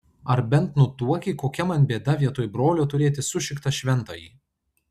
ar bent nutuoki kokia man bėda vietoj brolio turėti sušiktą šventąjį